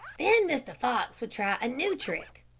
then mr. fox would try a new trick.